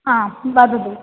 आं वदतु